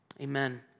Amen